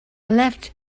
left